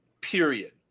period